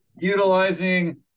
utilizing